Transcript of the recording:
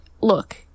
look